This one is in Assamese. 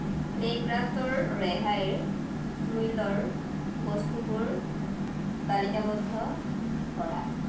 প্লে ক্ৰাফটৰ ৰেহাই মূল্যৰ বস্তুবোৰ তালিকাবদ্ধ কৰা